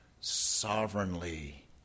Sovereignly